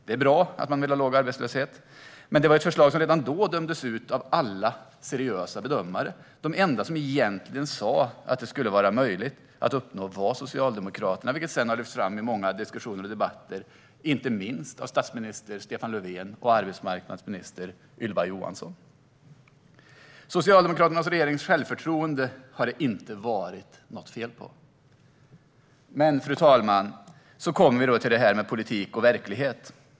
Det är bra att man vill ha låg arbetslöshet, men det var ett förslag som redan då dömdes ut av alla seriösa bedömare. De enda som egentligen sa att det skulle vara möjligt att uppnå var Socialdemokraterna, vilket sedan har lyfts fram i många diskussioner och debatter, inte minst av statsminister Stefan Löfven och arbetsmarknadsminister Ylva Johansson. Socialdemokraternas och regeringens självförtroende har det inte varit något fel på. Men, fru talman, så kommer vi då till det här med politik och verklighet.